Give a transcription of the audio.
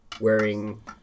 wearing